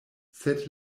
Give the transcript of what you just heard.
sed